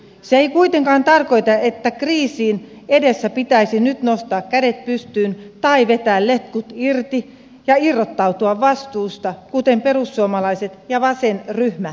se ei kuitenkaan tarkoita että kriisin edessä pitäisi nyt nostaa kädet pystyyn tai vetää letkut irti ja irrottautua vastuusta kuten perussuomalaiset ja vasenryhmä ehdottavat